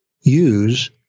use